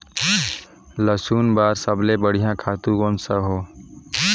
लसुन बार सबले बढ़िया खातु कोन सा हो?